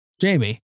Jamie